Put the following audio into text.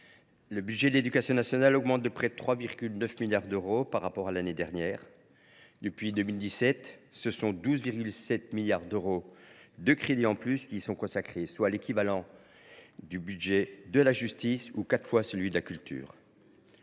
le budget de l’éducation nationale augmente de près de 3,9 milliards d’euros par rapport à l’année dernière. Depuis 2017, près de 12,7 milliards d’euros de crédits supplémentaires y sont consacrés. C’est l’équivalent du budget de la justice ; c’est quatre fois le budget de la culture.